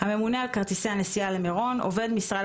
"הממונה על כרטיסי הנסיעה למירון" עובד משרד